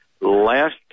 last